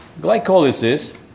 glycolysis